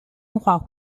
花卉